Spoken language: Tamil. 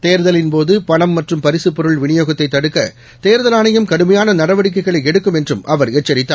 தேர்தலின்போதுபணம் மற்றும் பரிசுபொருள் விநியோகத்தைதடுக்கதேர்தல் கடுமையானநடவடிக்கைகளைஎடுக்கும் என்றுஅவர் எச்சரித்தார்